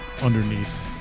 underneath